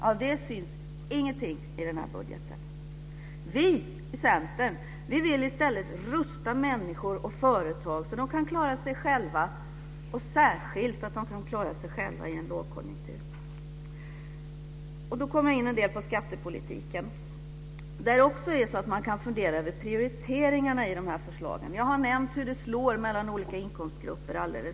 Av det syns ingenting i den här budgeten. Vi i Centern vill i stället rusta människor och företag så att de kan klara sig själva, och särskilt att de kan klara sig själva i en lågkonjunktur. Då kommer jag in lite grann på skattepolitiken. Man kan fundera över prioriteringarna i dessa förslag. Jag har alldeles nyss nämnt hur det slår mellan olika inkomstgrupper.